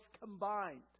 combined